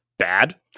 Bad